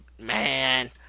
man